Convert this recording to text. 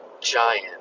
Giant